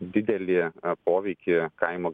didelį poveikį kaimo